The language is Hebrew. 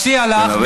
מציע לך,